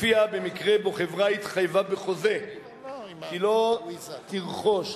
ולפיה במקרה שבו חברה התחייבה בחוזה כי לא תרכוש,